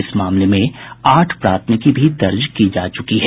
इस मामले में आठ प्राथमिकी दर्ज की जा चुकी है